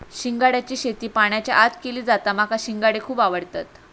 शिंगाड्याची शेती पाण्याच्या आत केली जाता माका शिंगाडे खुप आवडतत